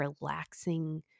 relaxing